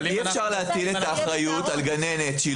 אי אפשר להטיל את האחריות על גננת שהיא